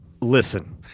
Listen